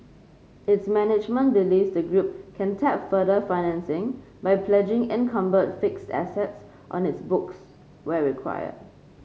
its management believes the group can tap further financing by pledging encumbered fixed assets on its books where required